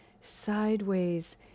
sideways